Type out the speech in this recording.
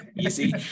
easy